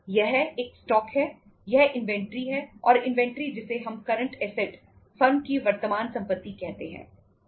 यह एक स्टॉक है यह इन्वेंट्री है और इन्वेंट्री जिसे हम करंट ऐसेट फर्म की वर्तमान संपत्ति कहते हैं